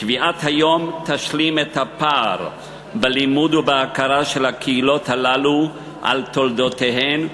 קביעת היום תשלים את הפער בלימוד ובהכרה של הקהילות הללו על תולדותיהן,